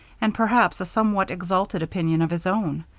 and perhaps a somewhat exalted opinion of his own.